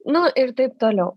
nu ir taip toliau